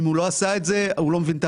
אם הוא לא עשה את זה הוא לא מבין את